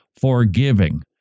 forgiving